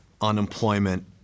unemployment